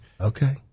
Okay